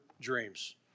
dreams